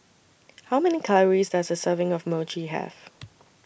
How Many Calories Does A Serving of Mochi Have